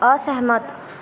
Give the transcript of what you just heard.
असहमत